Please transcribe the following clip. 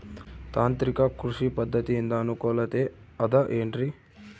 ತಾಂತ್ರಿಕ ಕೃಷಿ ಪದ್ಧತಿಯಿಂದ ಅನುಕೂಲತೆ ಅದ ಏನ್ರಿ?